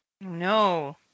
No